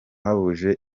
bahuje